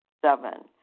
Seven